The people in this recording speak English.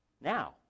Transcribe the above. now